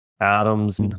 Adams